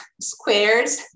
squares